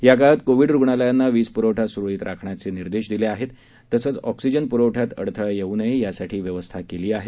याकाळात कोविड रुग्णालयना वीज प्रवठा स्रळीत राखण्याचे निर्देश दिले आहेत तसंच ऑक्सीजन प्रवठ्यात अडथळा येऊ नये यासाठी व्यवस्था केली आहे